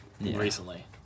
recently